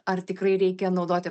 ar tikrai reikia naudoti